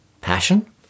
Passion